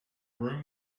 room